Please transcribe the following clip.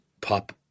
pop –